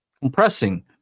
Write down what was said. compressing